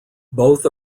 both